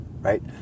right